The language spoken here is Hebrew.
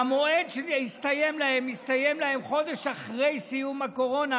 והמועד הסתיים להם חודש אחרי סיום הקורונה,